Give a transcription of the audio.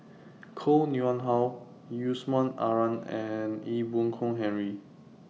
Koh Nguang How Yusman Aman and Ee Boon Kong Henry